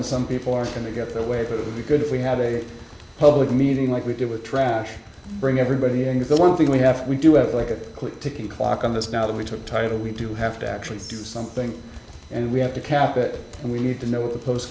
and some people are going to get their way it would be good if we had a public meeting like we did with trash bring everybody into the one thing we have we do have like a quick ticking clock on this now that we took title we do have to actually do something and we have to cap it and we need to know what the post